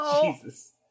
Jesus